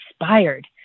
inspired